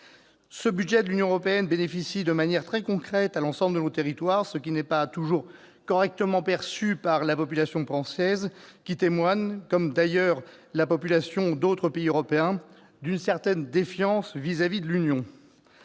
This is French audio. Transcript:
Ce budget de l'Union européenne bénéficie de manière très concrète à l'ensemble de nos territoires, ce qui n'est pas toujours correctement perçu par la population française, qui témoigne, comme la population d'autres pays européens, d'une certaine défiance à l'égard de l'Union.